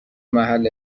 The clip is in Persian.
محل